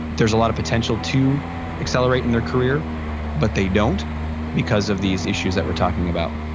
there's a lot of potential to accelerate in their career but they don't because of these issues that we're talking about.